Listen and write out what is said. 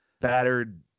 battered